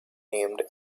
named